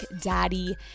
Daddy